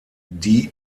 die